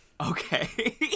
Okay